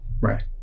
Right